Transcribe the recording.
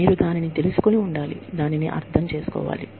మీరు దానిని తెలుసుకొని ఉండాలి దానిని అర్థం చేసుకోవాలి